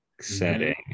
setting